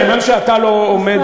כיוון שאתה לא עומד,